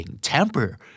temper